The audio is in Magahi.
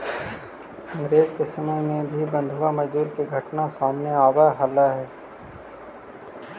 अंग्रेज के समय में भी बंधुआ मजदूरी के घटना सामने आवऽ हलइ